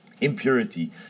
impurity